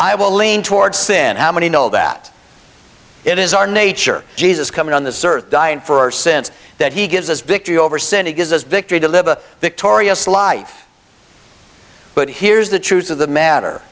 i will lean towards sin how many know that it is our nature jesus coming on this earth dying for since that he gives us victory over sin it is a victory to live a victorious life but here's the truth of the matter